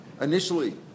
initially